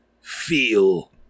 feel